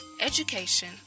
education